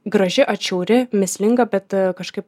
graži atšiauri mįslinga bet kažkaip